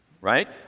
right